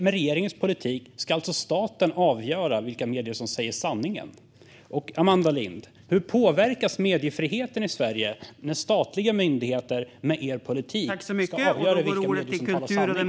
Med regeringens politik ska alltså staten avgöra vilka medier som säger sanningen. Amanda Lind! Hur påverkas mediefriheten i Sverige av att statliga myndigheter, på grund av er politik, ska avgöra vilka medier som talar sanning?